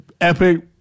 epic